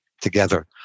together